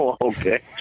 okay